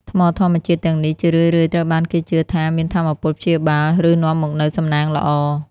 ថ្មធម្មជាតិទាំងនេះ ជារឿយៗត្រូវបានគេជឿថាមានថាមពលព្យាបាល ឬនាំមកនូវសំណាងល្អ។